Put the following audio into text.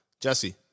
Jesse